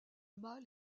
mâle